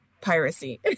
piracy